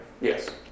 Yes